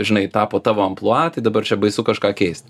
žinai tapo tavo amplua tai dabar čia baisu kažką keist